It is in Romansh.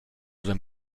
vein